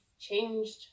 changed